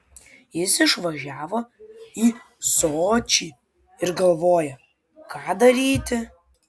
jis išvažiavo į sočį ir galvoja ką daryti